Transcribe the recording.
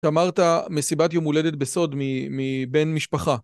אמרת מסיבת יום הולדת בסוד מבין משפחה.